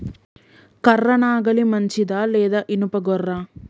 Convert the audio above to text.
కర్ర నాగలి మంచిదా లేదా? ఇనుప గొర్ర?